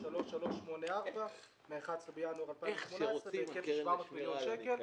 3384 מה-11 בינואר 2018 בהיקף של 700 מיליון שקל.